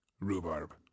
Rhubarb